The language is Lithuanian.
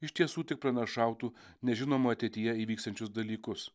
iš tiesų tik pranašautų nežinomoje ateityje įvyksiančius dalykus